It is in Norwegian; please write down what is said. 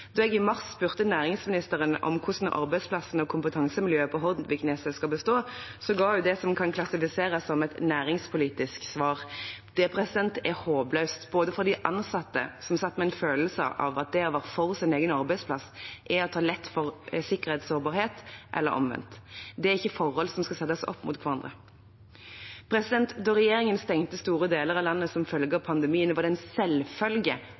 Da jeg i mars spurte næringsministeren om hvordan arbeidsplassene og kompetansemiljøet på Hordvikneset skal bestå, ga hun det som kan klassifiseres som et næringspolitisk svar. Det er håpløst, ikke minst for de ansatte, som satt med en følelse av at det å være for sin egen arbeidsplass er å ta lett på sikkerhetssårbarhet, eller omvendt. Det er ikke forhold som skal settes opp mot hverandre. Da regjeringen stengte store deler av landet som følge av pandemien, var det en selvfølge